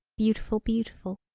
beautiful beautiful.